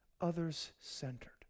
others-centered